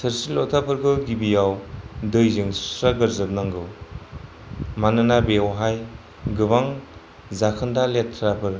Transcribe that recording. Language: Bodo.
थोरसि लथाफोरखौ गिबियाव दैजों सुस्रा ग्रोजोबनांगौ मानोना बेवहाय जाखोनदा गोबां लेथ्राफोर